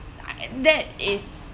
that is